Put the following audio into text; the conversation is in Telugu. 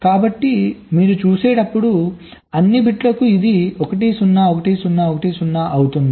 కాబట్టి మీరు చూసేటప్పుడు అన్ని బిట్లకు ఇది 1 0 1 0 1 0 అవుతుంది